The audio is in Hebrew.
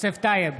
יוסף טייב,